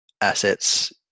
assets